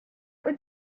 would